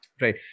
Right